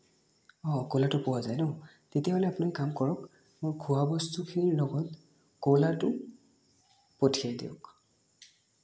অঁ পোৱা যায় ন তেতিয়াহ'লে আপুনি কাম কৰক মোৰ খোৱাবস্তুখিনিৰ লগত পঠিয়াই দিয়ক